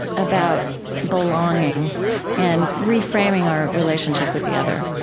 about belonging and reframing our relationship with the other